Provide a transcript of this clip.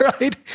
Right